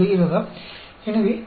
तो आप समझे